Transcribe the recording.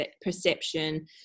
perception